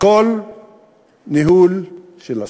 הכול ניהול של הסכסוך.